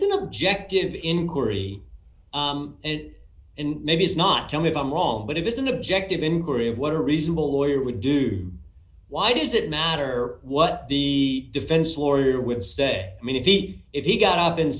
's an objective inquiry it and maybe it's not tell me if i'm wrong but it is an objective inquiry of what a reasonable lawyer would do why does it matter what the defense lawyer would say i mean if he if he got up and